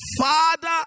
Father